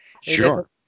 Sure